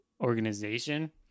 organization